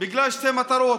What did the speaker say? בגלל שתי מטרות: